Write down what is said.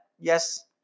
Yes